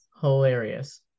hilarious